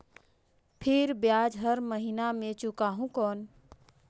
फिर ब्याज हर महीना मे चुकाहू कौन?